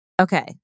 Okay